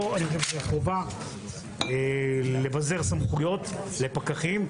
פה אני חושב שזו חובה לבזר סמכויות לפקחים,